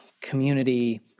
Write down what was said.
community